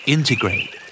Integrate